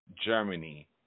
Germany